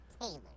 Taylor